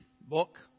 book